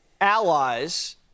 allies